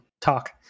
talk